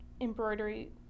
embroidery